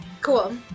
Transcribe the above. Cool